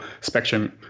spectrum